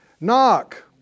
Knock